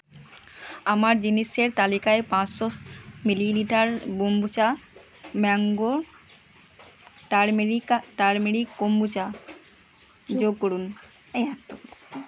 আমার জিনিসের তালিকায় পাঁচশো শ millilitre kombucha mango turmeric turmeric kombucha যোগ করুন